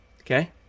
okay